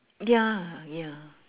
ya ya